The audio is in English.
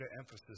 emphasis